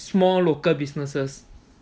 small local businesses